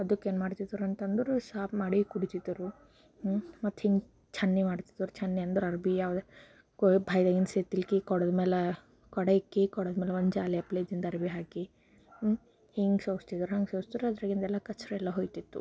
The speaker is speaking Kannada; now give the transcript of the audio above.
ಅದಕ್ಕೆ ಏನು ಮಾಡ್ತಿದ್ರು ಅಂತಂದ್ರೆ ಸಾಪ್ ಮಾಡಿ ಕುಡಿತಿದ್ದರು ಮತ್ತು ಹಿಂಗೆ ಚಂದ ಮಾಡ್ತಿದ್ರು ಚಂದ ಅಂದ್ರೆ ಅರ್ಬಿ ಯಾವುದೇ ಕೊಯ್ ಬಾಯ್ದಗಿಂದು ಸೇದ್ತಿಲ್ಕಿ ಕೊಡದ ಮ್ಯಾಲ ಕೊಡ ಇಕ್ಕಿ ಕೊಡದ ಮ್ಯಾಲ ಒಂದು ಅರಬಿ ಹಾಕಿ ಹಿಂಗೆ ಸೋಸ್ತಿದ್ರು ಹಂಗೆ ಸೋಸ್ತಿದ್ರು ಅದ್ರಾಗಿಂದೆಲ್ಲ ಕಚ್ರ ಎಲ್ಲ ಹೋಗ್ತಿತ್ತು